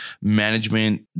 management